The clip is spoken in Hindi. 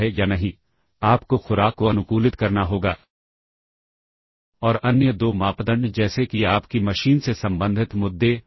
यह आपके प्रोग्राम को किसी अन्य दिशा में ले जाएगा और वहां नहीं जहां की सब रूटीन के हिसाब से जाना था